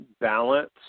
balance